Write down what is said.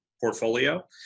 portfolio